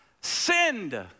sinned